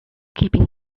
keeping